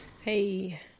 Hey